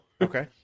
okay